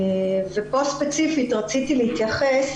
כאן ספציפית רציתי להתייחס